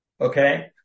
Okay